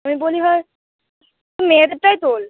আমি বলি ভাই মেয়েদেরটাই তোল